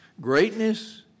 Greatness